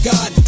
God